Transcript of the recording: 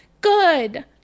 good